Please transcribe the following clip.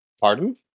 Pardon